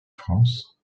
france